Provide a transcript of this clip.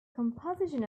composition